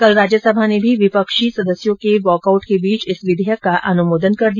कल राज्य सभा ने भी विपक्षी सदस्यों के वॉकआउट के बीच इस विधेयक का अनुमोदन कर दिया